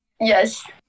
Yes